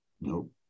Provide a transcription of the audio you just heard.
Nope